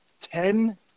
Ten